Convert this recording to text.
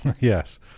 yes